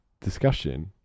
discussion